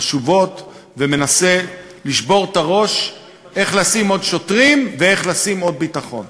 חשובות ומנסה לשבור את הראש איך לשים עוד שוטרים ואיך לשים עוד ביטחון.